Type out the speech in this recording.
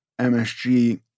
MSG